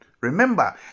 Remember